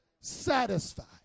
satisfied